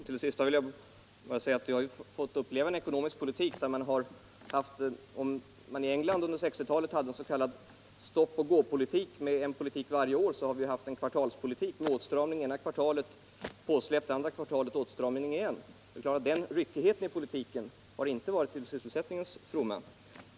Herr talman! Till det sista vill jag bara säga om den ekonomiska politik vi har fått uppleva, att om man i England tidigare hade en s.k. stoppoch gåpolitik som innebar en förändrad politik varje år, så har vi nu i Sverige haft en kvartalspolitik med åtstramning ena kvartalet, påsläpp det andra kvartalet och sedan åtstramning igen. Den ryckigheten i politiken har inte varit till fromma för sysselsättningen.